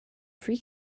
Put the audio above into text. free